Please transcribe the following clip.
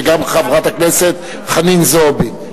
וגם חברת הכנסת חנין זועבי.